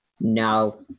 No